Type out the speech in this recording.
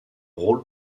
rôles